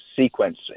sequence